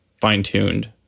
fine-tuned